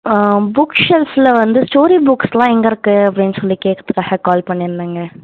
book ஷெல்ஃப்பில் வந்து story புக்ஸ்லாம் எங்கே இருக்குது அப்படின்னு சொல்லி கேக்கிறதுக்காக கால் பண்ணியிருந்தேங்க